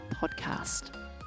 podcast